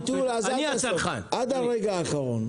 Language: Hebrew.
עד הרגע האחרון.